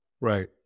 Right